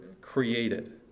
created